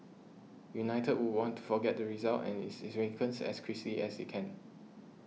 United will want to forget the result and its as as they can